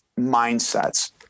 mindsets